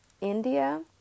India